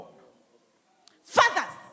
Fathers